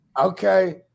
Okay